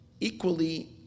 equally